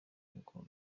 kuko